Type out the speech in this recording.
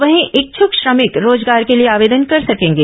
वहीं इच्छ्क श्रमिक रोजगार के लिए आवेदन कर सकेंगे